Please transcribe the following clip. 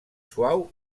suau